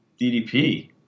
DDP